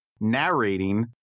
narrating